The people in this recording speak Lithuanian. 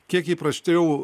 kiek įprasčiau